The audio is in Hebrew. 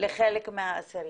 לחלק מהאסירים,